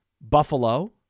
Buffalo